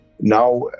Now